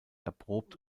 erprobt